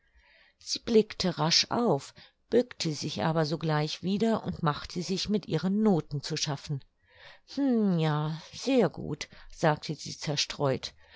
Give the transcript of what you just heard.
sie blickte rasch auf bückte sich aber sogleich wieder und machte sich mit ihren noten zu schaffen hm ja sehr gut sagte sie zerstreut